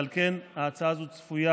על כן ההצעה הזאת צפויה